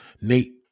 Nate